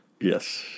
Yes